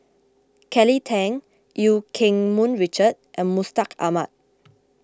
Kelly Tang Eu Keng Mun Richard and Mustaq Ahmad